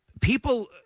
people